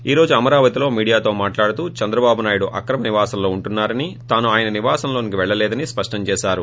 ఈ రోజు అమరావతిలో మీడియాతో మాట్లాడుతూ చంద్రబాబు నాయుడు అక్రమ నివాసంలో ఉంటున్నారని తాను ఆయన నివాసంలోకి పెళ్లలేదని స్పష్టం చేశారు